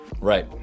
right